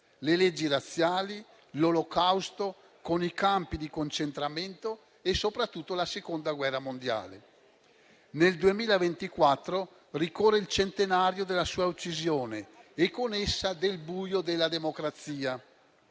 le leggi razziali, l'Olocausto, con i campi di concentramento e, soprattutto, la Seconda guerra mondiale. Nel 2024 ricorre il centenario della sua uccisione e con essa del buio della democrazia.